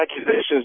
accusations